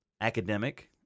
academic